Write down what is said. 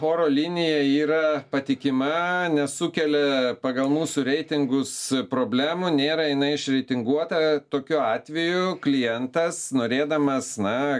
oro linija yra patikima nesukelia pagal mūsų reitingus problemų nėra jinai išreitinguota tokiu atveju klientas norėdamas na